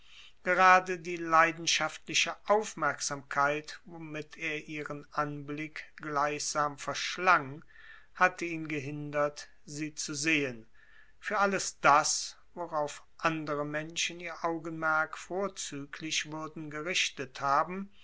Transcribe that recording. gerade die leidenschaftliche aufmerksamkeit womit er ihren anblick gleichsam verschlang hatte ihn gehindert sie zu sehen für alles das worauf andere menschen ihr augenmerk vorzüglich würden gerichtet haben